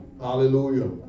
Hallelujah